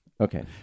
Okay